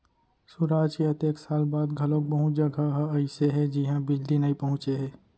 सुराज के अतेक साल बाद घलोक बहुत जघा ह अइसे हे जिहां बिजली नइ पहुंचे हे